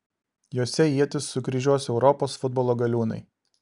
jose ietis sukryžiuos europos futbolo galiūnai